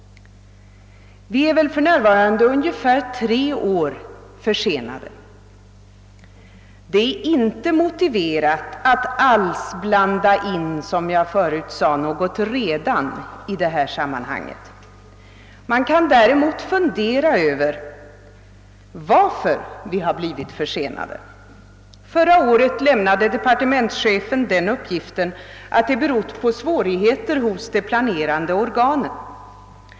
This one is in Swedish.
Vi är väl för närvarande ungefär tre år försenade. Som jag sade förut är det inte alls motiverat att blanda in något »redan» i detta sammanhang. Man kan däremot fundera över varför vi har blivit försenade. Förra året lämnade departementschefen den uppgiften att det berott på svårigheter hos de planerande organen.